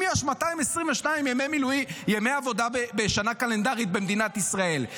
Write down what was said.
אם יש 222 ימי עבודה בשנה קלנדרית במדינת ישראל,